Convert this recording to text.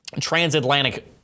transatlantic